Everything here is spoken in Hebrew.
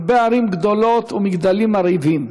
הרבה ערים גדולות ומגדלים מרהיבים,